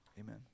Amen